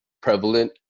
prevalent